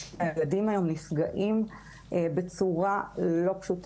הילדים נפגעים בצורה לא פשוטה.